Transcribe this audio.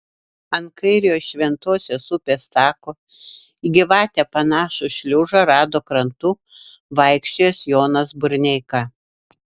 ant kairiojo šventosios upės tako į gyvatę panašų šliužą rado krantu vaikščiojęs jonas burneika